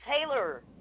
Taylor